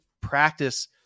practice